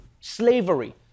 slavery